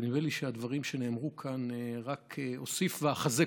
ונראה לי שאת הדברים שנאמרו כאן רק אוסיף ואחזק.